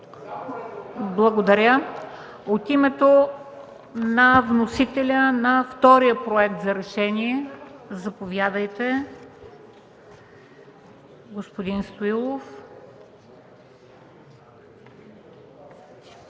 Благодаря. От името на вносителя на втория Проект за решение, заповядайте, господин Стоилов.